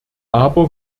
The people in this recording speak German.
aber